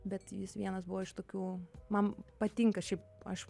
bet jis vienas buvo iš tokių man patinka šiaip aš